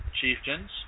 chieftains